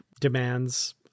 demands